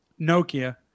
Nokia